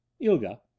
Ilga